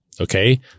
Okay